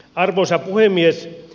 arvoisa puhemies